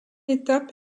étape